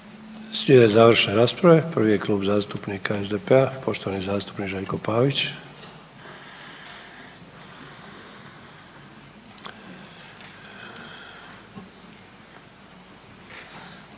Slijede završne rasprave, prvi je Klub zastupnika SDP-a i poštovani zastupnik Željko Pavić.